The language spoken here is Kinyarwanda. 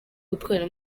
gutwara